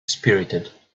spirited